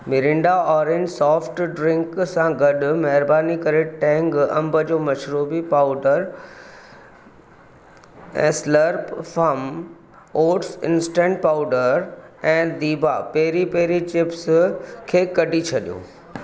Mirinda orange soft drink सां गॾु महिरबानी करे टेंग अंबु जो मशरूबी पाउडर ऐं Slurrp Farm oats instant powder ऐं दीभा पेरी पेरी चिप्स खे कढी छॾियो